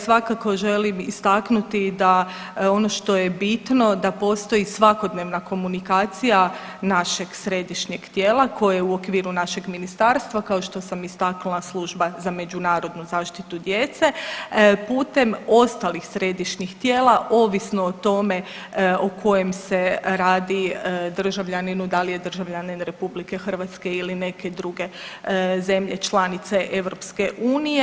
Svakako želim istaknuti da ono što je bitno da postoji svakodnevna komunikacija našeg središnjeg tijela koje je u okviru našeg ministarstva kao što sam istaknula, služba za međunarodnu zaštitu djece, putem ostalih središnjih tijela ovisno o tome o kojem se radi državljaninu, da li je državljanin RH ili neke druge zemlje članice EU.